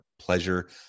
pleasure